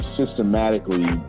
systematically